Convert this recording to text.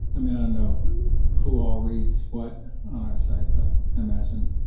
i mean, i don't know who all reads what on our site, but i imagine